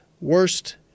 worst